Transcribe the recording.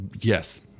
Yes